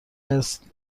است